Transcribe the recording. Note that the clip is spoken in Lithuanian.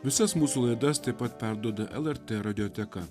visas mūsų laidas taip pat perduoda lrt radijoteka